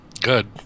Good